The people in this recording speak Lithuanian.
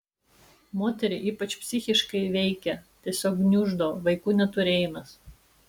moterį ypač psichiškai veikia tiesiog gniuždo vaikų neturėjimas